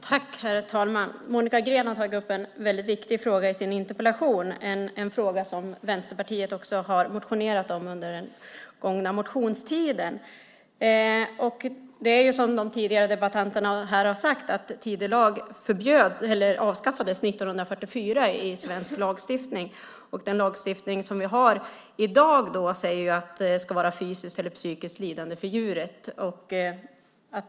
Herr talman! Monica Green har tagit upp en mycket viktig fråga, en fråga som Vänsterpartiet också har motionerat om under den gångna motionstiden. Det är som de tidigare debattörerna här har sagt, att tidelag avskaffades i svensk lagstiftning år 1944. Den lagstiftning som vi har i dag talar om fysiskt eller psykiskt lidande för djuret.